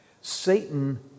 Satan